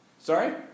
Sorry